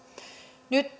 nyt